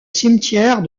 cimetière